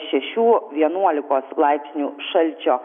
šešių vienuolikos laipsnių šalčio